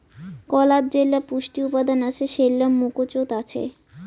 কলাত যেইলা পুষ্টি উপাদান আছে সেইলা মুকোচত আছে